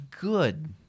good